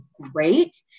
great